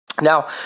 Now